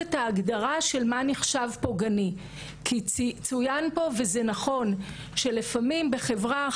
מקבלים טלפונים ל-105 של אימהות שפוחדות שיפגעו בבנות שלהן ברמה של